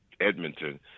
Edmonton